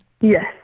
Yes